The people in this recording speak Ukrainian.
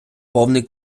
повний